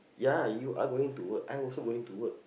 ya you are going to work I also going to work